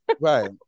Right